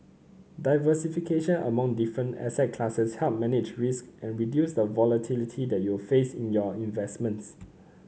diversification among different asset classes help manage risk and reduce the volatility that you will face in your investments